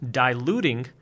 diluting